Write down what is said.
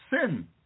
sin